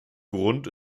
grund